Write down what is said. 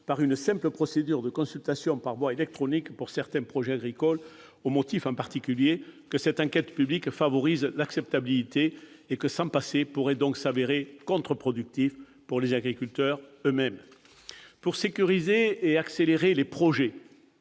par une simple procédure de consultation par voie électronique pour certains projets agricoles, au motif, en particulier, que cette enquête publique en favorise l'acceptabilité et que s'en passer pourrait se révéler contre-productif pour les agriculteurs eux-mêmes. Pour sécuriser et accélérer les projets,